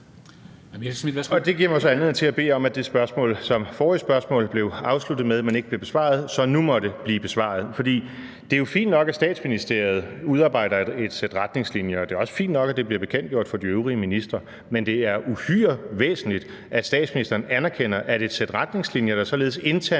Det giver mig så anledning til at bede om, at spørgsmålet – for forrige spørgsmål blev afsluttet med ikke at blive besvaret – så nu måtte blive besvaret. For det er jo fint nok, at Statsministeriet udarbejder et sæt retningslinjer, og det er også fint nok, at det bliver bekendtgjort for de øvrige ministre, men det er uhyre væsentligt, at statsministeren anerkender, at et sæt retningslinjer, der således internt